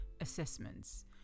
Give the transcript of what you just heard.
assessments